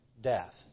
death